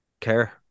care